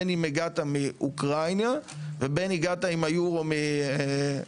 בין אם הגעת מאוקראינה ובין אם הגעת עם היורו מפריז.